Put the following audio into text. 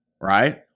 right